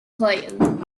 clayton